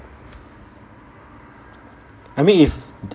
I mean if